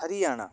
Haryana